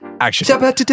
action